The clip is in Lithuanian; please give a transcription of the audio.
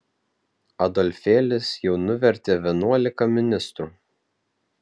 adolfėlis jau nuvertė vienuolika ministrų